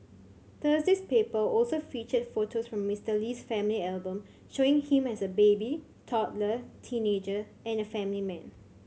Thursday's paper also featured photos from Mister Lee's family album showing him as a baby toddler teenager and a family man